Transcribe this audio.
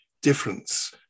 difference